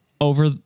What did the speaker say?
over